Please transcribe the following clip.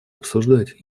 обсуждать